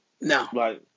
No